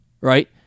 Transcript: right